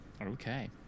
Okay